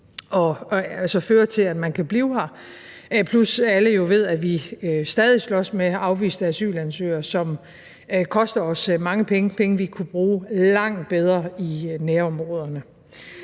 at føre til, at man kan blive her, plus at alle jo ved, at vi stadig slås med afviste asylansøgere, som koster os mange penge, penge, som vi kunne bruge langt bedre i nærområderne.